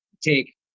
take